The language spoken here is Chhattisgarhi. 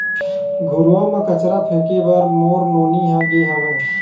घुरूवा म कचरा फेंके बर मोर नोनी ह गे हावय